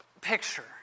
picture